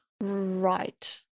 Right